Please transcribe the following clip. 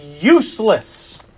useless